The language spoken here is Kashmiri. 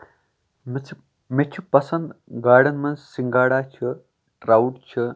مےٚ چھُ مےٚ چھُ پسند گاڑَن منٛز سِنگاڑا چھِ ٹراوُٹ چھ